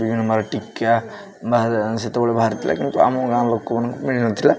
ବିଭିନ୍ନ ପ୍ରକାର ଟୀକା ସେତେବେଳେ ବାହାରିଥିଲା କିନ୍ତୁ ଆମ ଗାଁ ଲୋକମାନଙ୍କୁ ମିଳିନଥିଲା